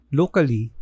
locally